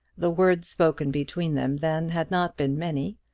the words spoken between them then had not been many,